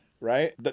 Right